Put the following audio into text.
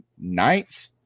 ninth